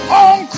on